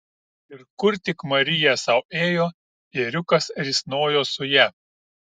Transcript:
ir kur tik marija sau ėjo ėriukas risnojo su ja